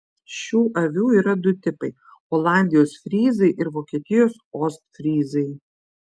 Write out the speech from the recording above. šių avių yra du tipai olandijos fryzai ir vokietijos ostfryzai